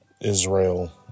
Israel